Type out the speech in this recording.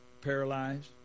paralyzed